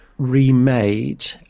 Remade